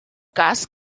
cas